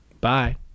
bye